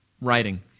writing